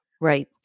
Right